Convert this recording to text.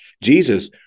Jesus